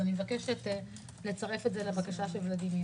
אני מבקשת לצרף את זה לבקשה של ולדימיר.